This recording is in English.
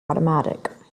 automatic